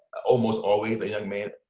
almost always a young man